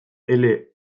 ele